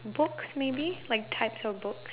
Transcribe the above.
book maybe like types of books